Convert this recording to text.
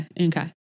okay